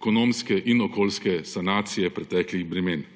ekonomske in okoljske sanacije preteklih bremen.